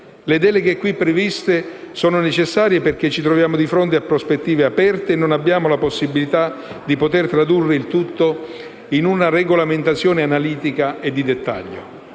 Le deleghe previste sono necessarie, perché ci troviamo di fronte a prospettive aperte e non abbiamo la possibilità di poter tradurre il tutto in una regolamentazione analitica e di dettaglio.